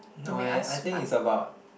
no eh I think it's about